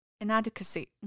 inadequacy